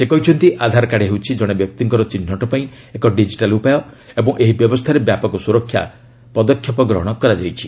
ସେ କହିଛନ୍ତି ଆଧାରକାର୍ଡ଼ ହେଉଛି ଜଣେ ବ୍ୟକ୍ତିଙ୍କର ଚିହ୍ନଟ ପାଇଁ ଏକ ଡିଜିଟାଲ୍ ଉପାୟ ଏବଂ ଏହି ବ୍ୟବସ୍ଥାରେ ବ୍ୟାପକ ସୁରକ୍ଷା ପଦକ୍ଷେପ ଗ୍ରହଣ କରାଯାଇଛି